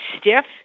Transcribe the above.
stiff